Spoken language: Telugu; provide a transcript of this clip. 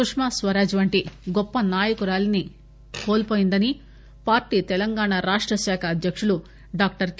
సుష్మాస్వరాజ్ వంటి గొప్ప నాయకురాలిని కోల్పోయిందని పార్టీ తెలంగాణ రాష్ట శాఖ అధ్యకులు డాక్టర్ కే